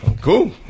Cool